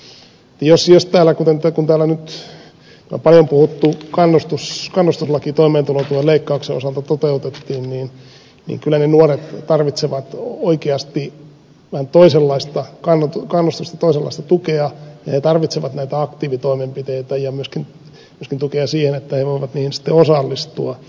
kun täällä nyt tämä paljon puhuttu kannustuslaki toimeentulotuen leikkauksen osalta toteutettiin niin kyllä ne nuoret tarvitsevat oikeasti vähän toisenlaista kannustusta toisenlaista tukea ja he tarvitsevat näitä aktiivitoimenpiteitä ja myöskin tukea siihen että he voivat niihin sitten osallistua